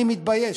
אני מתבייש.